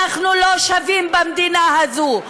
אנחנו לא שווים במדינה הזאת,